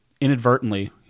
inadvertently